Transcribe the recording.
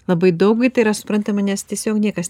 labai daug tai yra suprantama nes tiesiog niekas